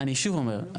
אני שוב אומר,